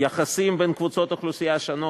יחסים בין קבוצות האוכלוסייה השונות,